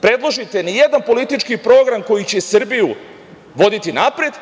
predložite ni jedan politički program koji će Srbiju voditi napred,